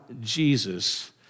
Jesus